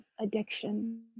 addiction